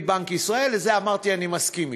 בנק ישראל" על זה אמרתי שאני מסכים אתך,